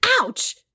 Ouch